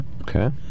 Okay